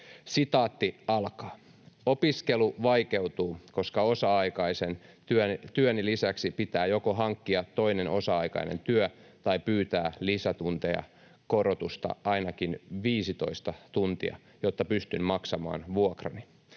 takia. ”Opiskelu vaikeutuu, koska osa-aikaisen työni lisäksi pitää joko hankkia toinen osa-aikainen työ tai pyytää lisätunteja, korotusta ainakin 15 tuntia, jotta pystyn maksamaan vuokrani.